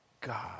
God